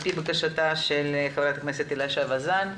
לפי בקשתה של חברת הכנסת הילה שי וזאן,